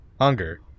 Hunger